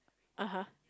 (uh huh)